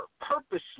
purposely